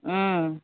ওম